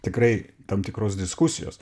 tikrai tam tikros diskusijos